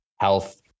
health